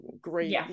great